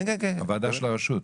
כן, כן, הוועדה של הרשות.